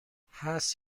هست